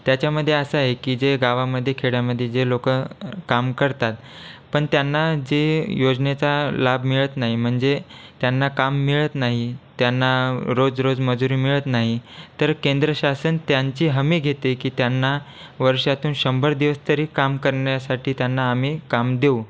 त्याच्यामध्ये असं आहे की जे गावामध्ये खेड्यामध्ये जे लोकं काम करतात पण त्यांना जे योजनेचा लाभ मिळत नाही म्हणजे त्यांना काम मिळत नाही त्यांना रोज रोज मजुरी मिळत नाही तर केंद्र शासन त्यांची हमी घेते की त्यांना वर्षातून शंभर दिवस तरी काम करण्यासाठी त्यांना आम्ही काम देऊ